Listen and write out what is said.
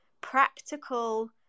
practical